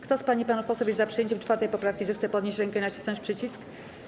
Kto z pań i panów posłów jest za przyjęciem 5. poprawki, zechce podnieść rękę i nacisnąć przycisk.